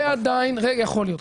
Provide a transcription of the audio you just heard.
יכול להיות.